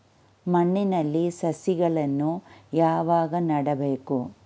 ಮಣ್ಣಿನಲ್ಲಿ ಸಸಿಗಳನ್ನು ಯಾವಾಗ ನೆಡಬೇಕು?